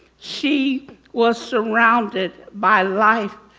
she was surrounded by life,